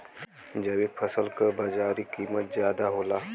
जैविक फसल क बाजारी कीमत ज्यादा होला